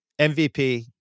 MVP